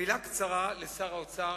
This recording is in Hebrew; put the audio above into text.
ומלה קצרה לשר האוצר,